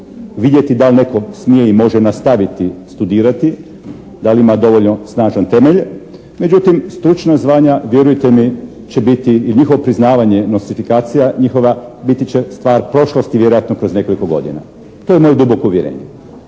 vidjeti da li netko smije i može nastaviti studirati, da li ima dovoljno snažan temelj međutim stručna zvanja vjerujte mi će biti i njihovo priznavanje nostrifikacija, njihova, biti će stvar prošlosti vjerojatno kroz nekoliko godina. To je moje duboko uvjerenje.